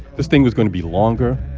this thing was going to be longer,